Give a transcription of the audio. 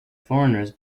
foreigners